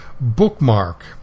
bookmark